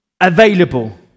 available